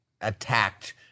attacked